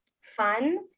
fun